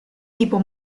tipo